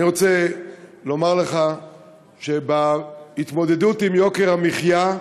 אני רוצה לומר לך שבהתמודדות עם יוקר המחיה,